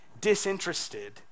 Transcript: disinterested